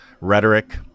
Rhetoric